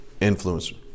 Influencer